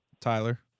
Tyler